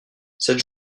cette